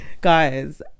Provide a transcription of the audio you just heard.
guys